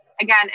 again